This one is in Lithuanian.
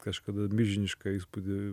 kažkada mižinišką įspūdį